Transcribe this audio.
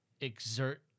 exert